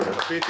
רבה,